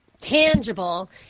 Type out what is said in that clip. tangible